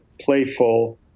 playful